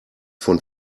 von